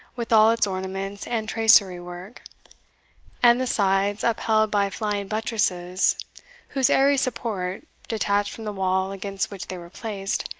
with all its ornaments and tracery work and the sides, upheld by flying buttresses whose airy support, detached from the wall against which they were placed,